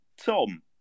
tom